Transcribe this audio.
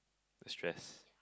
stress